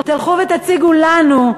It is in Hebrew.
תלכו ותציגו לנו,